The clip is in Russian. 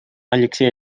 алексей